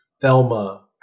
Thelma